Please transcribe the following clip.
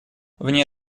вне